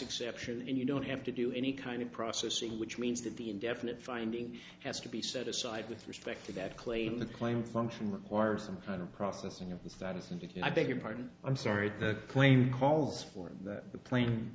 exception and you don't have to do any kind of processing which means that the indefinite finding has to be set aside with respect to that claim the claim function requires some kind of processing of the status in between i beg your pardon i'm sorry the claim calls for the pla